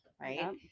right